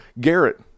Garrett